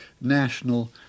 national